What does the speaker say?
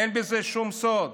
אין בזה שום סוד.